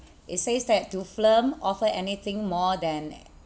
it says that do film offer anything more than